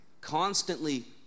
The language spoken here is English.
Constantly